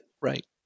Right